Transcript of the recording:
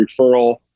referral